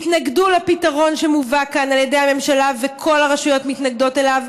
שיתנגדו לפתרון שמובא כאן על ידי הממשלה וכל הרשויות מתנגדות אליו.